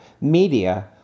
media